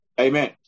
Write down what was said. Amen